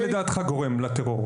מה לדעתך הוא הגורם לטרור?